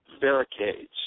barricades